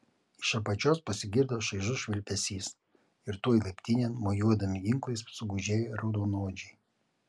iš apačios pasigirdo šaižus švilpesys ir tuoj laiptinėn mojuodami ginklais sugužėjo raudonodžiai